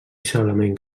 solament